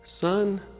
Son